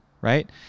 right